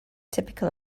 typical